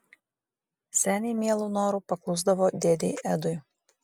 seniai mielu noru paklusdavo dėdei edui